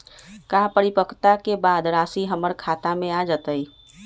का परिपक्वता के बाद राशि हमर खाता में आ जतई?